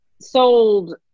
sold